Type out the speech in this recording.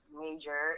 major